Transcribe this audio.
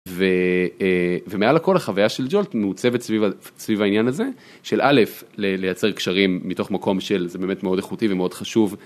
ו... אה... ומעל לכל החוויה של ג'ולט מעוצבת סביב ה... סביב העניין הזה, של א' ל... לייצר קשרים מתוך מקום של "זה באמת מאוד איכותי ומאוד חשוב"...